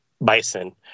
bison